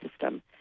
system